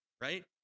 right